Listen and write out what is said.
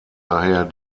daher